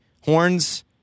horns